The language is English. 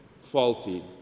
faulty